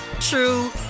true